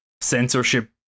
censorship